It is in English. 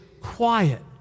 quiet